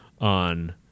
on